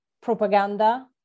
propaganda